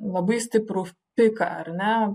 labai stiprų piką ar ne